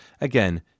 again